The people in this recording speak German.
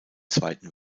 zweiten